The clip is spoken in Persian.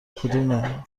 کدومه